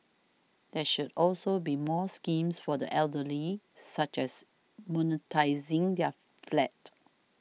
there should also be more schemes for the elderly such as monetising their flat